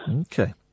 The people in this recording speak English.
okay